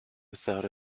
without